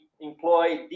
employ